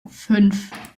fünf